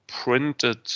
printed